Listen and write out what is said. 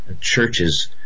churches